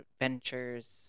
adventures